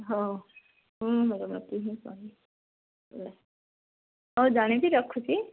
ହଉ ହଁ ହଉ ଜାଣିକି ରଖୁଛି